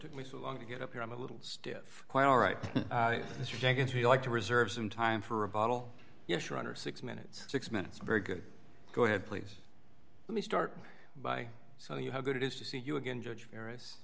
took me so long to get up here i'm a little stiff quite all right mr jenkins we like to reserve some time for a bottle yes you're under six minutes six minutes very good go ahead please let me start by so you how good it is to see you again judge